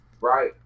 Right